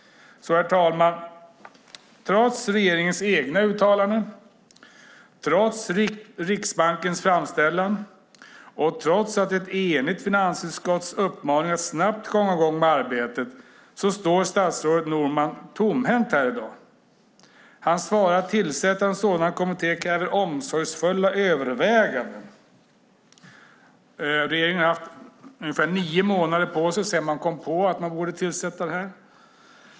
Herr talman! Trots regeringens egna uttalanden, trots Riksbankens framställan och trots ett enigt finansutskotts uppmaning att snabbt komma i gång med arbetet står statsrådet Norman tomhänt här i dag. Han svarar: Att tillsätta en sådan kommitté kräver omsorgsfulla överväganden. Regeringen har haft ungefär nio månader på sig sedan man kom på att man borde tillsätta kommittén.